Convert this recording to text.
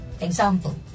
Example